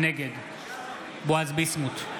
נגד בועז ביסמוט,